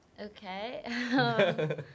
Okay